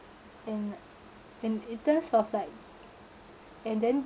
and and in terms of like and then